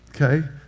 Okay